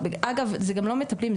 אגב זה גם לא מטפלים,